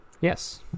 Yes